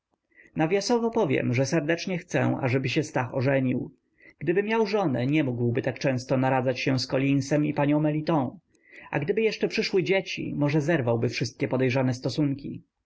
miłosierny nawiasowo powiem że serdecznie chcę ażeby się stach ożenił gdyby miał żonę nie mógłby tak często naradzać się z colinsem i panią meliton a gdyby jeszcze przyszły dzieci może zerwałby wszystkie podejrzane stosunki